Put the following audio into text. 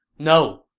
no,